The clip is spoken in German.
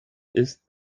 ist